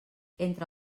entre